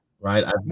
right